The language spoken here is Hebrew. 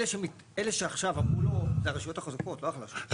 אלה שעכשיו אמרו לא זה הרשויות החזקות לא החלשות.